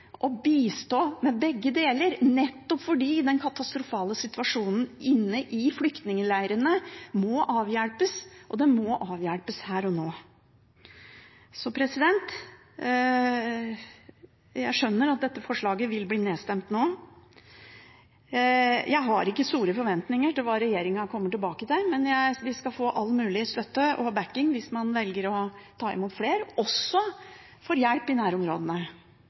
å bistå med begge deler, nettopp fordi den katastrofale situasjonen inne i flyktningleirene må avhjelpes, og den må avhjelpes her og nå. Jeg skjønner at dette forslaget nå vil bli nedstemt. Jeg har ikke store forventninger til hva regjeringen kommer tilbake til, men de skal få all mulig støtte og oppbakking til det hvis de velger å ta imot flere – og også til hjelp i nærområdene,